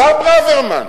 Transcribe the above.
השר ברוורמן,